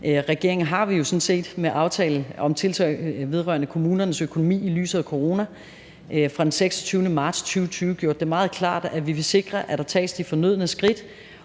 regeringen har vi jo sådan set med aftalen om tiltag vedrørende kommunernes økonomi i lyset af corona fra den 26. marts 2020 gjort det meget klart, at vi vil sikre, at der tages de fornødne skridt,